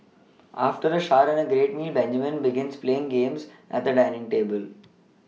after a shower and a meal Benjamin begins playing games at the dining table